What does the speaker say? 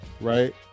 right